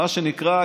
מה שנקרא,